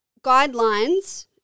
guidelines